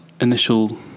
initial